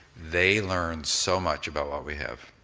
they learn so much about what we have.